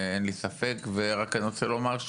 אני רק רוצה לומר,